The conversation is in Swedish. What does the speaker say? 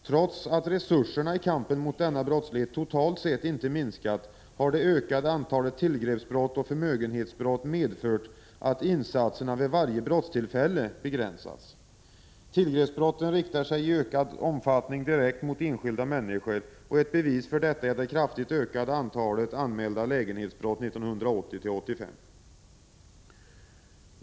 Trots att resurserna i kampen mot denna brottslighet totalt sett inte minskat, har det ökade antalet tillgreppsbrott och förmögenhetsbrott medfört att insatserna vid varje brottstillfälle begränsats. Tillgreppsbrotten riktar sig i ökad omfattning direkt mot enskilda människor. Ett bevis för detta är det kraftigt ökade antalet anmälda lägenhetsinbrott 1980-1985.